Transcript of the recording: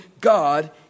God